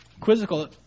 quizzical